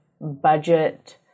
budget